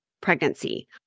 pregnancy